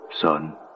son